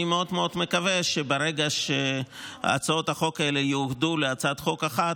אני מאוד מאוד מקווה שברגע שהצעות החוק האלה יאוגדו להצעת חוק אחת,